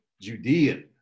Judean